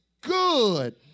good